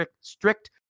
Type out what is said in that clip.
strict